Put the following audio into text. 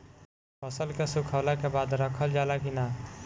फसल के सुखावला के बाद रखल जाला कि न?